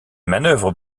manœuvres